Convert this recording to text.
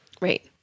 Right